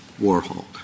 Warhol